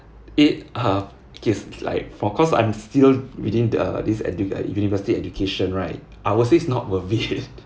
it uh okays like of course I'm still within the this edu~ uh university education right I will say it's not worth it